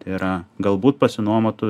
tai yra galbūt pasinuomotų